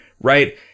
right